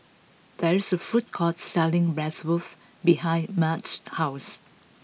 there is a food court selling Bratwurst behind Marge's house